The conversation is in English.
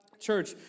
Church